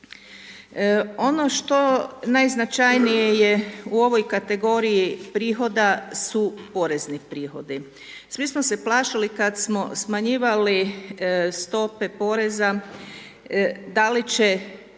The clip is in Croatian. Ono što najznačajnije je u ovoj kategoriji prihoda su porezni prihodi. Svi smo se plašili kada smo smanjivali stope poreza, da li će